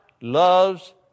loves